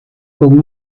con